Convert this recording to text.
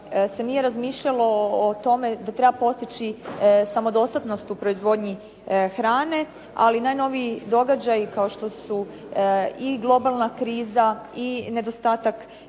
se nije razmišljalo o tome da treba postići samodostatnost u proizvodnji hrane, ali najnoviji događaji kao što su i globalna kriza i nedostatak